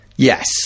Yes